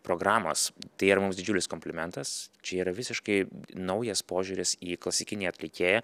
programos tai yra mums didžiulis komplimentas čia yra visiškai naujas požiūris į klasikinį atlikėją